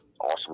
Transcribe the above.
awesome